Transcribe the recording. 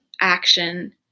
action